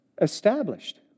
established